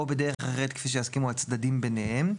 או בדרך אחרת כפי שיסכימו הצדדים ביניהם,